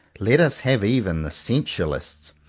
let us have even the sensualist's.